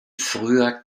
früher